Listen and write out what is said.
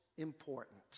important